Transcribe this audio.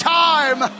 time